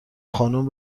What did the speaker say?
خانوم